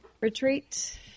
Retreat